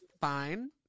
fine